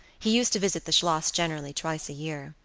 he used to visit the schloss generally twice a year